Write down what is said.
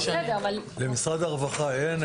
למשרד הרווחה אין.